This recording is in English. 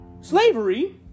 Slavery